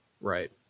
right